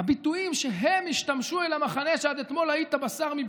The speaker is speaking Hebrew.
הביטויים שהם השתמשו על המחנה שעד אתמול היית בשר מבשרו.